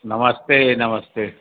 नमस्ते नमस्ते